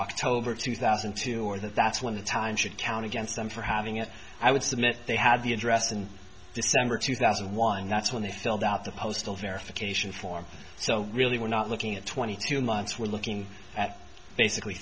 october two thousand and two or that that's when the time should count against them for having it i would submit they had the address in december two thousand and one and that's when they filled out the postal verification form so really we're not looking at twenty two months we're looking at basically